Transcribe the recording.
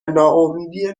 ناامیدی